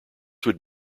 would